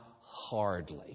hardly